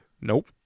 Nope